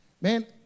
Man